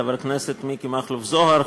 חבר הכנסת מכלוף מיקי זוהר,